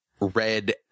red